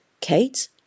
Kate